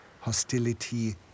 hostility